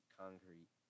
concrete